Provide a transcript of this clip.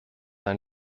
ein